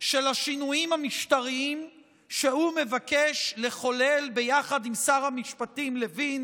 של השינויים המשטריים שהוא מבקש לחולל ביחד עם שר המשפטים לוין